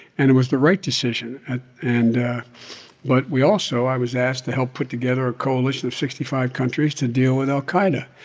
and it was the right decision and but we also i was asked to help put together a coalition of sixty five countries to deal with al-qaida,